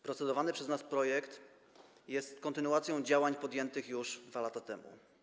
Procedowany przez nas projekt jest kontynuacją działań podjętych już 2 lata temu.